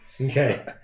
Okay